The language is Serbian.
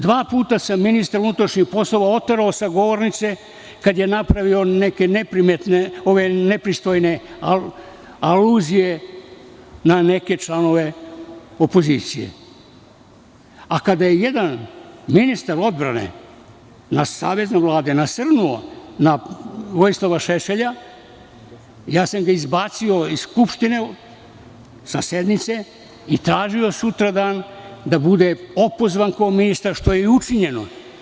Dva puta sam ministra unutrašnjih poslova oterao sa govornice kada je napravio neke nepristojne aluzije na neke članove opozicije, a kada je jedan ministar odbrane na savezu Vlade nasrnuo na Vojislava Šešelja, ja sam ga izbacio iz Skupštine sa sednici i tražio sutradan da bude opozvan kao ministar, što je i učinjeno.